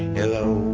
hello